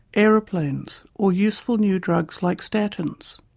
aeroplanes, or useful new drugs like statins.